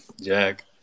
Jack